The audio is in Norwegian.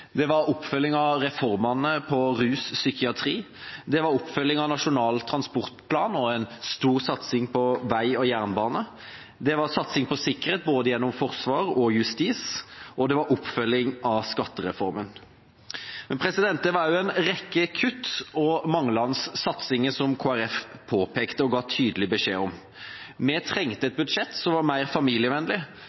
Det var oppfølging av reformene for rus og psykiatri, det var oppfølging av Nasjonal transportplan, og det var en stor satsing på vei og jernbane. Det var satsing på sikkerhet, gjennom både forsvar og justis, og det var oppfølging av skattereformen. Det var også en rekke kutt og manglende satsinger, som Kristelig Folkeparti påpekte og ga tydelig beskjed om. Vi trengte et budsjett som var mer familievennlig,